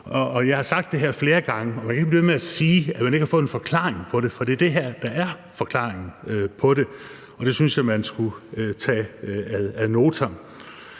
Jeg har sagt det her flere gange, og man kan ikke blive ved med at sige, at man ikke har fået en forklaring på det, for det er det her, der er forklaringen på det. Og det synes jeg man skulle tage ad notam.